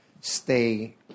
stay